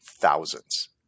thousands